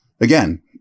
Again